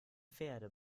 pferde